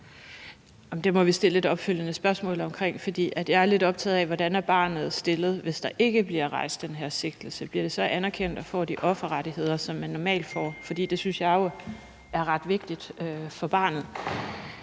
Det må vi stille et opfølgende spørgsmål om. Jeg er lidt optaget af, hvordan barnet er stillet, hvis ikke der bliver rejst den her sigtelse. Bliver det så anerkendt, og får man de offerrettigheder, som man normalt får? For det synes jeg jo er ret vigtigt for barnet.